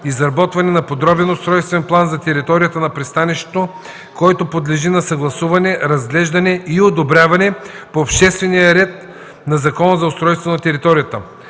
изработване на подробен устройствен план за територията на пристанището, който подлежи на съгласуване, разглеждане и одобряване по общия ред на Закона за устройство на територията.